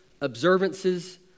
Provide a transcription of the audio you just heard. observances